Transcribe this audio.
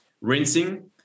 rinsing